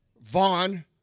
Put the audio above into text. Vaughn